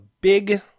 big